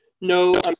No